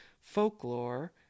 folklore